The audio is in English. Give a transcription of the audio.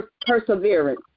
perseverance